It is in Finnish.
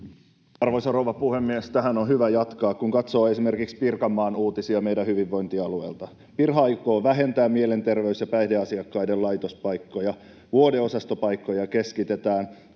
Arvoisa rouva puhemies! Tästä on hyvä jatkaa, kun katsoo esimerkiksi Pirkanmaan uutisia meidän hyvinvointialueelta. Pirha aikoo vähentää mielenterveys- ja päihdeasiakkaiden laitospaikkoja, vuodeosastopaikkoja keskitetään,